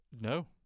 no